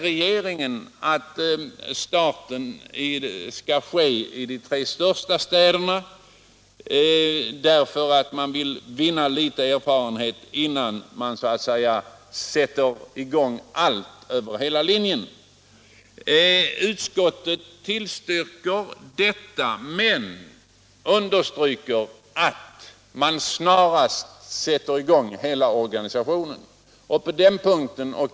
Regeringen anser att starten skall ske i de tre största städerna. Man vill vinna litet erfarenhet innan man sätter i gång över hela linjen. Utskottet tillstyrker detta men understryker önskemålet att man snarast sätter i gång hela organisationen.